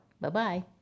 Bye-bye